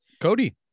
Cody